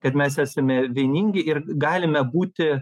kad mes esame vieningi ir galime būti